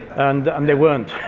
and um they weren't.